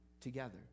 together